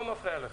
מה מפריע לך?